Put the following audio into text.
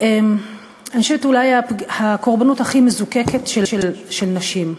היא הקורבנות הכי מזוקקת של נשים.